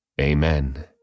Amen